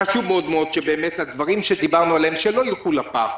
חשוב מאוד שהדברים שדיברנו עליהם, שלא ילכו לפח.